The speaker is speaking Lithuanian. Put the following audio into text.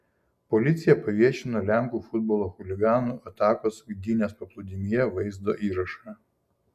policija paviešino lenkų futbolo chuliganų atakos gdynės paplūdimyje vaizdo įrašą